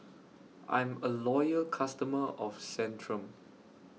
I'm A Loyal customer of Centrum